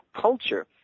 culture